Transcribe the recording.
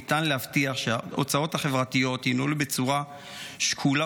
ניתן להבטיח שההוצאות החברתיות ינוהלו בצורה שקולה